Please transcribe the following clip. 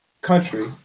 country